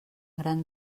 gran